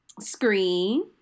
screen